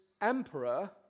emperor